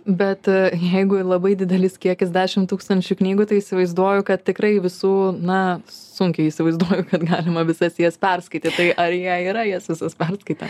bet jeigu labai didelis kiekis dešimt tūkstančių knygų tai įsivaizduoju kad tikrai visų na sunkiai įsivaizduoju kad galima visas jas perskaityti tai ar jie yra jas visas perskaitę